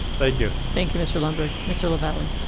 thank you. thank you, mr. lundberg. mr. lavalley.